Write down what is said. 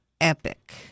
epic